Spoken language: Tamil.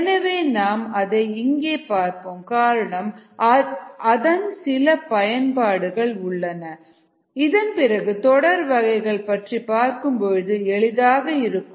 எனவே நாம் அதை இங்கே பார்ப்போம் காரணம் அதன் சில பயன்பாடுகள் உள்ளன இதன் பிறகு தொடர் வகைகள் பற்றி பார்க்கும் பொழுது எளிதாக இருக்கும்